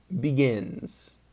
begins